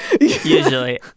Usually